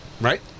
Right